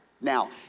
Now